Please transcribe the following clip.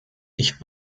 ich